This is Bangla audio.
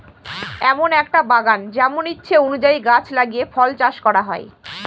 এমন একটা বাগান যেমন ইচ্ছে অনুযায়ী গাছ লাগিয়ে ফল চাষ করা হয়